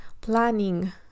planning